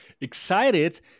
excited